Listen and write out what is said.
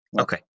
Okay